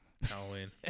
Halloween